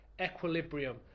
equilibrium